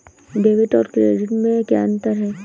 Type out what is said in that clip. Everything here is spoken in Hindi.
डेबिट और क्रेडिट में क्या अंतर है?